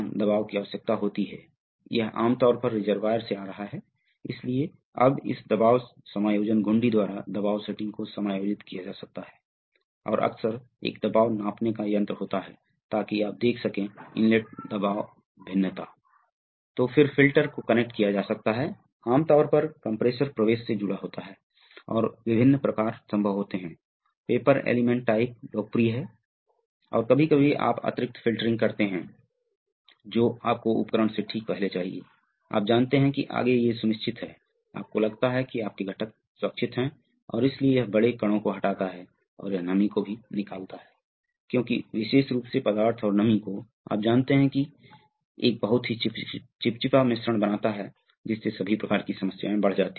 आगे हम एक अन्य प्रकार के सर्वो वाल्व को देखते हैं जो एक फ्लैपर प्रकार का सर्वो वाल्व है आप देखते हैं क्या हो रहा है यहाँ फिर से क्या हो रहा है वाल्व है वाल्व यहाँ दबाव डालकर स्थानांतरित किया जा रहा है या यहाँ दबाव आपको एक अंतर दबाव बनाना है आप उस दबाव को कैसे बनाते हैं जैसे यह है यह एक हजार पीएसआई है आप जानते हैं कि प्रतिबंधक है यह दबाव को कम करने वाला वाल्व है इसलिए बस एक श्रृंखला बाधा है तो दबाव होगा जबकि प्रवाह बहने से यहां दबाव कम हो जाएगा और यह इन दो छोरों पर 500 पीएसआई जैसा दबाव होगा जब यह एक फ्लैपर नोजल है ठीक है